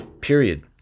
Period